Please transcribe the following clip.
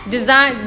Design